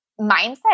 mindset